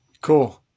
Cool